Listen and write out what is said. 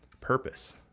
purpose